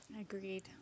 Agreed